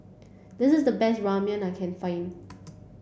this is the best Ramyeon I can find